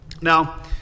Now